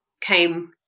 came –